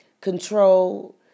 control